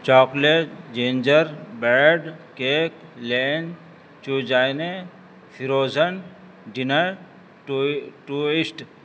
chocolate ginger bread cake لین چو جائنے فروزن ڈنر ٹو ٹوسٹ